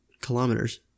kilometers